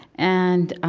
and,